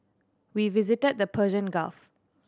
we visited the Persian Gulf